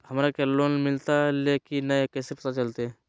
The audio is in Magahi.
हमरा के लोन मिलता ले की न कैसे पता चलते?